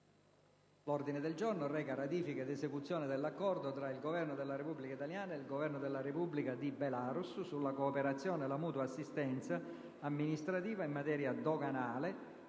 condizioni la ratifica dell'Accordo tra il Governo della Repubblica italiana e il Governo della Repubblica di Belarus sulla cooperazione e la mutua assistenza amministrativa in materia doganale,